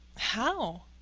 how?